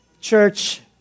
Church